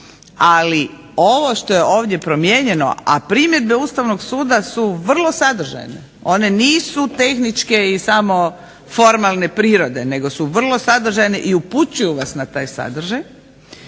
Ali ovo što je ovdje promijenjeno, a primjedbe Ustavnog suda su vrlo sadržajne. One nisu tehničke i samo formalne prirode, nego su vrlo sadržajne i upućuju vas na taj sadržaj,